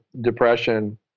depression